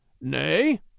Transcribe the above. Nay